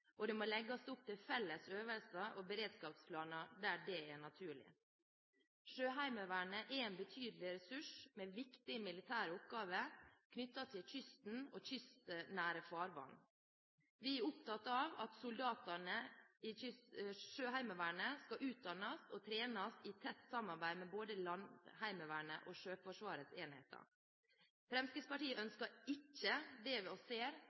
og det må legges opp til felles øvelser og beredskapsplaner, der det er naturlig. Sjøheimevernet er en betydelig ressurs med viktige militære oppgaver knyttet til kysten og kystnære farvann. Vi er opptatt av at soldatene i Sjøheimevernet skal utdannes og trenes i tett samarbeid med både Landheimevernet og Sjøforsvarets enheter. Fremskrittspartiet ønsker ikke det vi ser